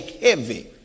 heavy